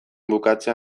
bukatzea